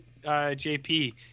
JP